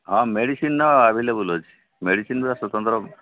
ହଁ ମେଡିସିନ୍ର ଆଭେଲେବଲ୍ ଅଛି ମେଡିସିନ୍ର ସ୍ୱତନ୍ତ୍ର